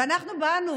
ואנחנו באנו